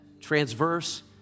Transverse